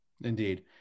Indeed